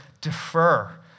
defer